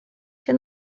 się